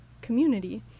community